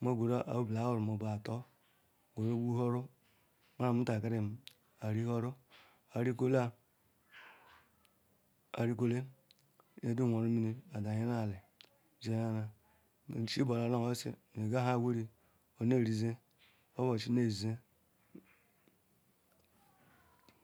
me kweru akalawurum mabu eto kweru gbuwuru maa nu omutakirim ariwuru, arikwolan, arikwule, nyedum wuru mini adayere ali sheru eyara, chibolam nu oshioshi nyeka baa wuri bene erije obuchi ne jijie